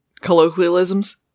colloquialisms